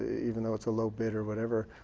even though it's a low bid or whatever,